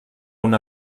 una